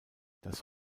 das